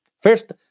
First